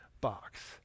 box